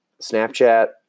Snapchat